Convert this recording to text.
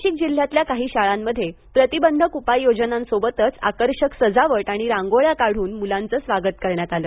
नाशिक जिल्ह्यातल्या काही शाळांमध्ये प्रतिबंधक उपाययोजनांसोबतच आकर्षक सजावट आणि रांगोळ्या काढून मुलांचं स्वागत करण्यात आलं